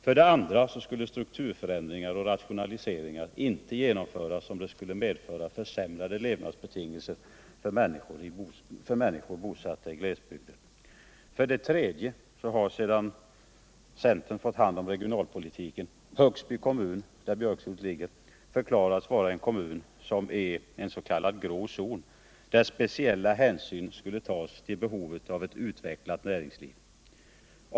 För det andra skulle strukturförändringar och rationaliseringar inte genomföras om de skulle medföra försämrade levnadsbetingelser för männi För det tredje har, sedan centern fått hand om regionalpolitiken, Högsby kommun — där Björkshult ligger — förklarats vara en kommun som är en s.k. grå zon, där speciella hänsyn skulle tas till behovet av ett utvecklat näringsliv.